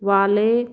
ਵਾਲੇ